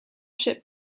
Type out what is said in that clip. ship